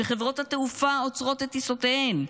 שחברות התעופה עוצרות את טיסותיהן,